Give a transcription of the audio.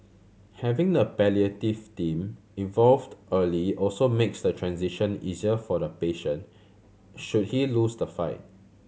having the palliative team involved early also makes the transition easier for the patient should he lose the fight